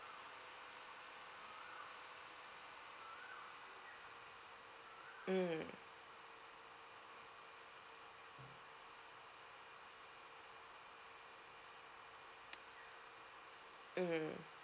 mm mm